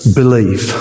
believe